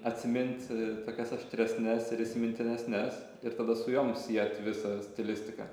atsimint tokias aštresnes ir įsimintinesnes ir tada su jom siet visą stilistiką